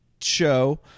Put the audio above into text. show